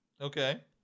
Okay